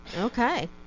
Okay